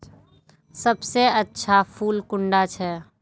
सबसे अच्छा फुल कुंडा छै?